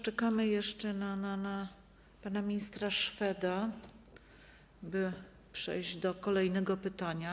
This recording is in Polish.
Czekamy jeszcze na pana ministra Szweda, by przejść do kolejnego pytania.